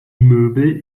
möbel